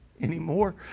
anymore